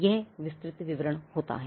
यह विस्तृत विवरण है